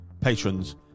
patrons